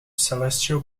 celestial